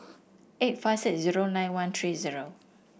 eight five six zero nine one three zero